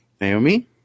Naomi